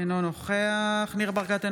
אינו נוכח ניר ברקת,